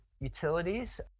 utilities